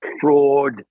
fraud